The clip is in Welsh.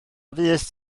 fuest